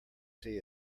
see